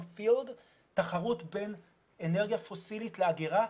תחרות בין אנרגיה פוסילית לאגירה,